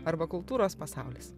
arba kultūros pasaulis